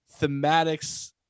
thematics